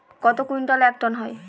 কত কুইন্টালে এক টন হয়?